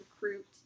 recruit